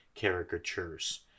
caricatures